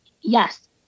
yes